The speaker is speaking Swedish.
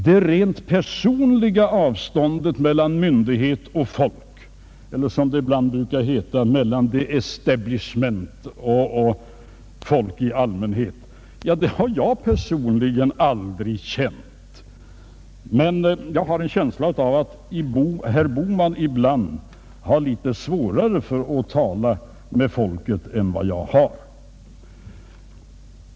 Det rent personliga avståndet mellan myndighet och folk — eller som det ibland brukar heta, mellan the Establishment och folk i allmänhet — har jag för min del aldrig känt men jag har en känsla av att herr Bohman ibland har något svårare för att tala med folket än vad jag har.